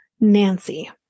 Nancy